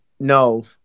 No